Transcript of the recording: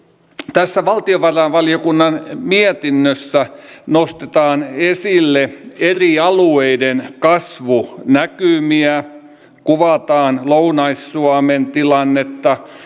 tässä valtiovarainvaliokunnan mietinnössä nostetaan esille eri alueiden kasvunäkymiä kuvataan lounais suomen